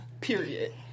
period